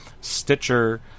Stitcher